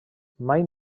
mai